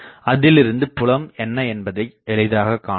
அதிலிருந்து புலம் என்ன என்பதை எளிதாககாணலாம்